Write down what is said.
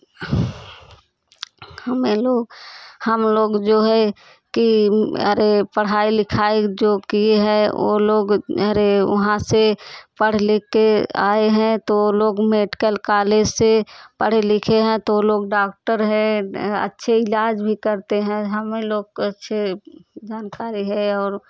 हमें लोग हम लोग जो है कि अरे पढ़ाई लिखाई जो किए हैं वो लोग अरे वहाँ से पढ़ लिख कर आए हैं तो लोग मेडिकल कॉलेज से पढ़े लिखे हैं तो लोग डॉक्टर है अच्छे इलाज भी करते हैं हमें लोग को अच्छे जानकारी है और